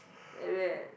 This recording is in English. at where